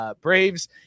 Braves